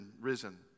risen